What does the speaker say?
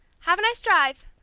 have a nice drive!